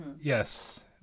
Yes